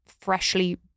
freshly